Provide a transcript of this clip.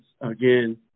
Again